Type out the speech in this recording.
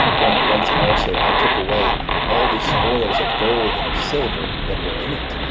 from whence also i took away all the spoils of gold, and of silver, that were in it,